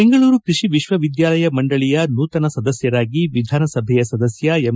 ಬೆಂಗಳೂರು ಕೃಷಿ ವಿಶ್ವವಿದ್ಯಾಲಯ ಮಂಡಳಿಯ ನೂತನ ಸದಸ್ಯರಾಗಿ ವಿಧಾನ ಸಭೆಯ ಸದಸ್ಯ ಎಂ